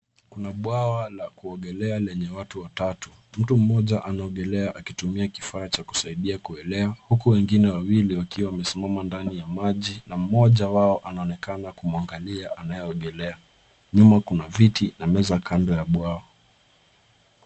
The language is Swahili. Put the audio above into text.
Kuna bwawa la kuogelea lenye watu watatu. Mtu mmoja anaogelea akutumia kifaa cha kusaidia kuelea ,huku wengine wawili wakiwa wamesimama ndani ya maji. mmoja wao anaonekana kumwangalia anayeogelea. Nyuma kuna viti na meza kando ya bwawa.